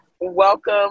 Welcome